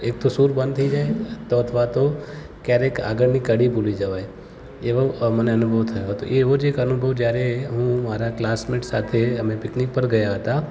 એક તો સુર બંધ થઇ જાય તો અથવા તો ક્યારેક આગળની કડી ભૂલી જવાય એવુો મને અનુભવ થયો હતો એવો જ એક અનુભવ હું જયારે મારા કલાસમેટ સાથે અમે પિકનિક પર ગયા હતા